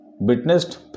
witnessed